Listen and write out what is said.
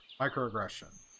microaggression